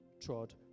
trod